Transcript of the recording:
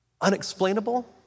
unexplainable